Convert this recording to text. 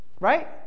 Right